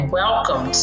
welcome